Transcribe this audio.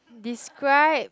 describe